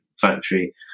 factory